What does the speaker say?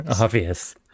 Obvious